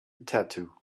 tattoo